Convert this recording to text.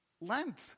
Lent